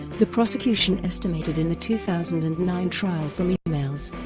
the prosecution estimated in the two thousand and nine trial from emails